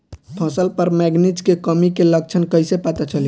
फसल पर मैगनीज के कमी के लक्षण कइसे पता चली?